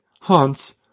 Hans